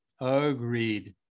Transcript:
Agreed